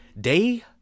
day